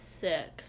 six